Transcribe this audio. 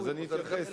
אז אני אתייחס,